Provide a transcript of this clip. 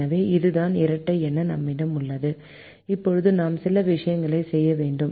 எனவே இதுதான் இரட்டை என நம்மிடம் உள்ளது இப்போது நாம் சில விஷயங்களைச் செய்ய வேண்டும்